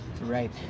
Right